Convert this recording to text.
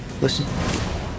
Listen